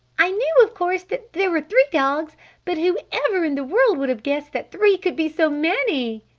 i knew, of course, that there were three dogs but who ever in the world would have guessed that three could be so many?